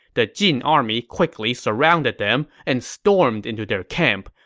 the jin army quickly surrounded them and stormed into their camp.